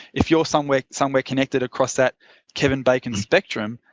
if you're somewhere somewhere connected across that kevin bacon spectrum,